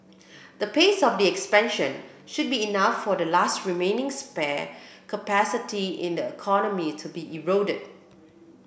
the pace of the expansion should be enough for the last remaining spare capacity in the economy to be eroded